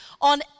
on